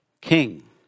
king